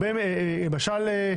למשל,